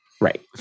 right